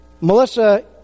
Melissa